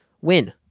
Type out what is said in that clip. win